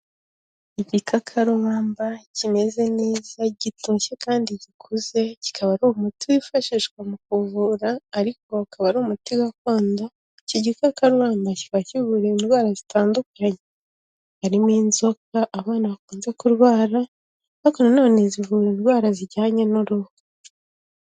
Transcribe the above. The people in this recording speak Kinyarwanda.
Igikakarubamba kimeze neza, gitonshye kandi gikuze, kikaba ari umuti wifashishwa mu kuvura, ariko akaba ari umuti gakondo, iki gikakarubamba kiba kivura indwara zitandukanye. Harimo inzoka abana bakunze kurwara, ariko na none zivura indwara zijyanye n'uruhu.